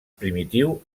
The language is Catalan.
primitiu